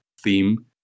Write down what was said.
theme